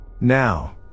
Now